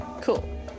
cool